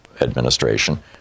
administration